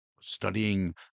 studying